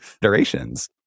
durations